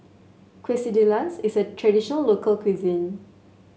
quesadillas is a traditional local cuisine